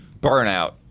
Burnout